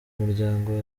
muryango